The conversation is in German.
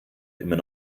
immer